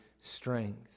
strength